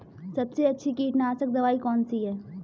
सबसे अच्छी कीटनाशक दवाई कौन सी है?